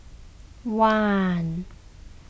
one